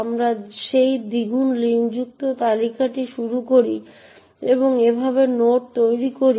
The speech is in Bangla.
আমরা সেই দ্বিগুণ লিঙ্কযুক্ত তালিকাটি শুরু করি এবং এভাবে নোড তৈরি করি